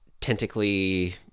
tentacly